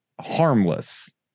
harmless